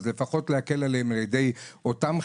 אז לפחות להקל עליהם על ידי אותם חיבורים.